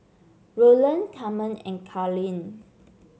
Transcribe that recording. Roland Carmen and Carlyn